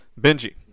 Benji